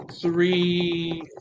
three